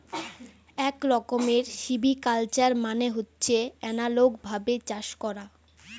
এক রকমের সিভিকালচার মানে হচ্ছে এনালগ ভাবে চাষ করা